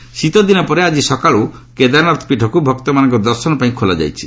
କେଦାରନାଥ ଧାମ ଶୀତଦିନ ପରେ ଆଜି ସକାଳୁ କେଦାରନାଥ ପୀଠକୁ ଭକ୍ତମାନଙ୍କ ଦର୍ଶନ ପାଇଁ ଖୋଲାଯାଇଛି